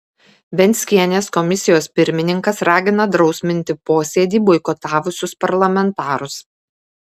venckienės komisijos pirmininkas ragina drausminti posėdį boikotavusius parlamentarus